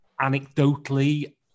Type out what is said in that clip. Anecdotally